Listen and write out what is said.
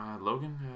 Logan